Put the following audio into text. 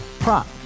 Prop